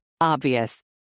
Obvious